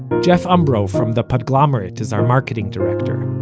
jeff umbro, from the podglomerate, is our marketing director.